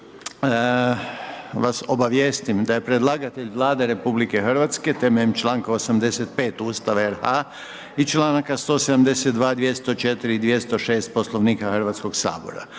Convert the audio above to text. da vas obavijestim da je predlagatelj Vlada Republike Hrvatske temeljem članka 85. Ustava RH i članaka 172., 204. i 206. Poslovnika Hrvatskog sabora.